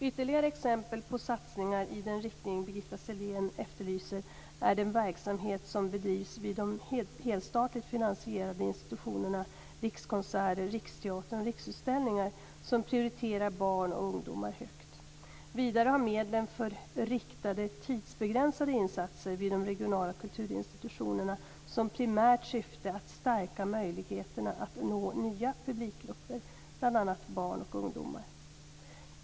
Ytterligare exempel på satsningar i den riktning Birgitta Sellén efterlyser är den verksamhet som bedrivs vid de helstatligt finansierade institutionerna Rikskonserter, Riksteatern och Riksutställningar, som prioriterar barn och ungdomar högt. Vidare har medlen för riktade, tidsbegränsade insatser vid de regionala kulturinstitutionerna som primärt syfte att stärka möjligheterna att nå nya publikgrupper, bl.a. barn och ungdomar.